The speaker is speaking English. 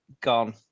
gone